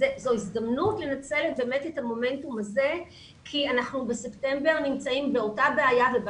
זו הזדמנות לנצל את המומנטום הזה כי אנחנו בספטמבר נמצאים באותה בעיה וזו